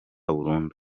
burundu